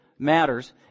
matters